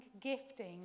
gifting